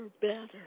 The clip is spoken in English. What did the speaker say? better